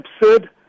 absurd